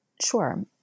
Sure